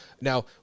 Now